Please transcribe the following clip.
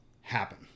happen